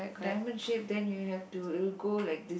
diamond shape then you'll have to go like this